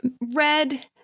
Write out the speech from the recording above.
red